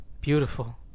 beautiful